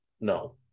no